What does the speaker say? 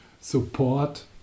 support